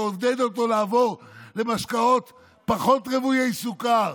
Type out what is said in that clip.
תעודד אותו לעבור למשקאות פחות רוויי סוכר.